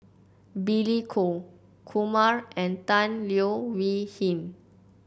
Billy Koh Kumar and Tan Leo Wee Hin